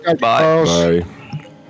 Bye